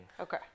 Okay